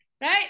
right